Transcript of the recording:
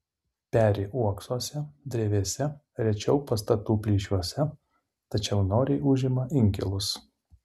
peri uoksuose drevėse rečiau pastatų plyšiuose tačiau noriai užima inkilus